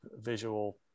visual